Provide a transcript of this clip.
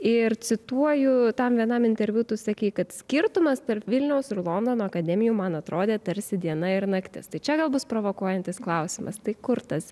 ir cituoju tam vienam interviu tu sakei kad skirtumas tarp vilniaus ir londono akademijų man atrodė tarsi diena ir naktis tai čia gal bus provokuojantis klausimas tai kur tas